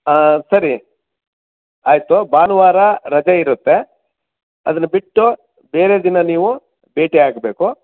ಹಾಂ ಸರಿ ಆಯಿತು ಭಾನುವಾರ ರಜೆ ಇರುತ್ತೆ ಅದನ್ನು ಬಿಟ್ಟು ಬೇರೆ ದಿನ ನೀವು ಭೇಟಿಯಾಗಬೇಕು